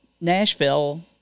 Nashville